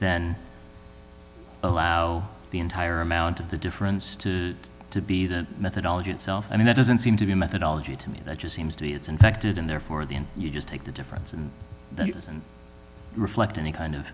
then allow the entire amount of the difference to be the methodology itself and that doesn't seem to be a methodology to me that just seems to be it's infected and therefore the end you just take the difference and reflect any kind of